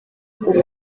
ubu